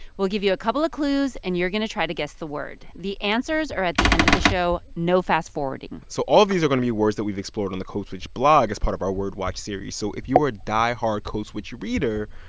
we'll give you a couple of clues and you're going to try to guess the word. the answers are at the end of the show. no fast-forwarding so all of these are going to be words that we've explored in the code switch blog as part of our word watch series. so if you are a diehard code switch reader,